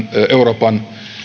euroopan